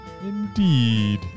Indeed